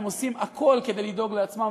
הם עושים הכול כדי לדאוג לעצמם,